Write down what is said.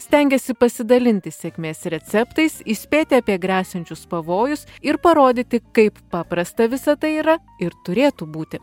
stengiasi pasidalinti sėkmės receptais įspėti apie gresiančius pavojus ir parodyti kaip paprasta visa tai yra ir turėtų būti